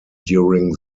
during